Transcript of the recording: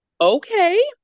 okay